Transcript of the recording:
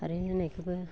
खारै होनायखौबो